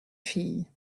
fille